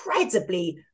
incredibly